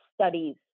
studies